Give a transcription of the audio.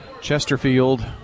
Chesterfield